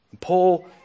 Paul